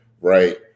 right